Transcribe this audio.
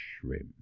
shrimp